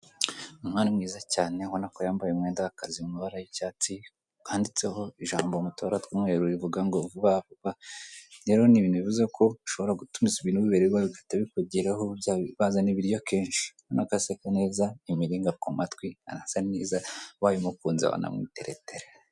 Umwari mwiza cyane ubona ko yambaye umwenda w'akazi mu mabara y'icyatsi katseho ijambo mu mutora tw'umweru rivuga ngo vubavuba, rero ni ibintu bivuze ko ushobora gutumiza ibintu wibereye iwawe bigahita bikugeraho bazana ibiryo akenshi, ubona ko aseka neza imiringa ku matwi arasa neza wanamukunze wanamwiteretera.